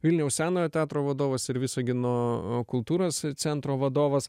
vilniaus senojo teatro vadovas ir visagino kultūros centro vadovas